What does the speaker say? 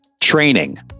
training